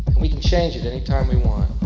we can change it anytime we want.